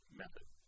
method